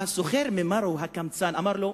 הסוחר הקמצן ממרו אמר לו: